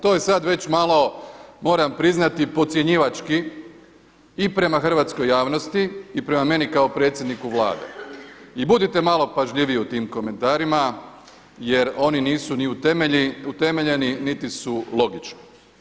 To je sad već malo moram priznati podcjenjivački i prema hrvatskoj javnosti i prema meni kao predsjedniku Vlade i budite malo pažljiviji u tim komentarima jer oni nisu ni utemeljeni, niti su logični.